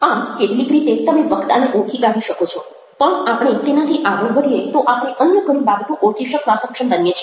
આમ કેટલીક રીતે તમે વક્તાને ઓળખી કાઢી શકો છો પણ આપણે તેનાથી આગળ વધીએ તો આપણે અન્ય ઘણી બાબતો ઓળખી શકવા સક્ષમ બનીએ છીએ